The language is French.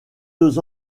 deux